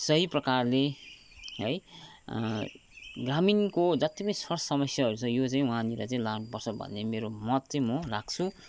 सही प्रकारले है ग्रामीणको जत्ति पनि सर समस्याहरू छ यो चै वहाँनिर चाहिँ लानुपर्छ भन्ने मेरो मत चाहिँ म राख्छु